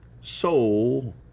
soul